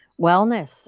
wellness